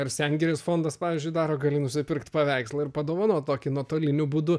ir sengirės fondas pavyzdžiui daro gali nusipirkt paveikslą ir padovanot tokį nuotoliniu būdu